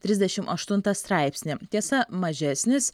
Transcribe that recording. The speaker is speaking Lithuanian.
trisdešim aštuntą straipsnį tiesa mažesnis